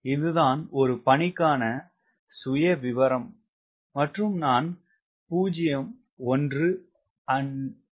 இது தான் ஒரு பணிக்கான சுய விவரம் மற்றும் நான் 0 1 and 2